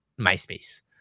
myspace